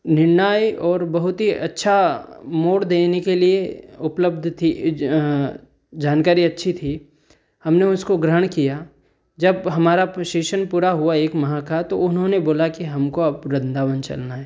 निर्णायक और बहुत ही अच्छा मोड़ देने के लिए उपलब्ध थी ज जानकारी अच्छी थी हमने उसको ग्रहण किया जब हमारा प्रोशेषण पूरा हुआ एक माह का तो उन्होंने बोला कि हमको अब वृन्दावन चलना है